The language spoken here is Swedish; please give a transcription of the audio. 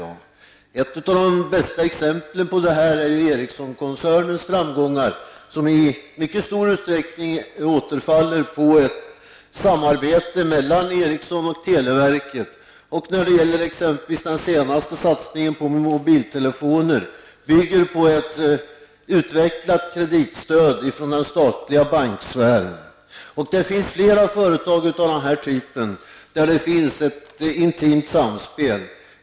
Ett av de bästa exemplen på det är Ericssonkoncernen, vars framgångar i mycket stor utsträckning återfaller på ett samarbete mellan Ericsson och televerket, och när det gäller den senaste satsningen -- på mobiltelefoner -- bygger på ett utvecklat kreditstöd från den statliga banksfären. Det finns flera företag av den typen, med ett intimt samspel.